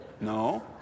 No